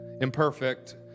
imperfect